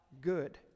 good